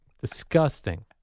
Disgusting